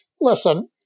Listen